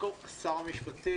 קודם כל שר המשפטים,